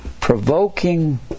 Provoking